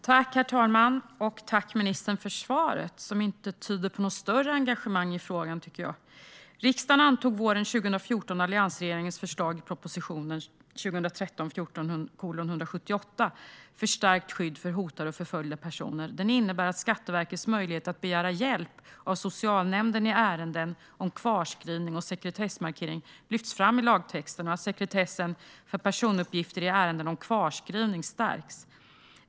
Herr talman! Tack, ministern, för svaret, som inte tyder på något större engagemang för frågan, tycker jag. Riksdagen antog våren 2014 alliansregeringens förslag i proposition 2013/14:178 Förstärkt skydd av personuppgifter för hotade och förföljda personer . Den innebär att Skatteverkets möjlighet att begära hjälp av socialnämnden i ärenden om kvarskrivning och sekretessmarkering lyfts fram i lagtexterna och att sekretessen för personuppgifter i ärenden om kvarskrivning stärks.